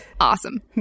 Awesome